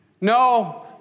no